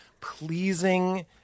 pleasing